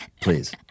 please